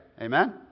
Amen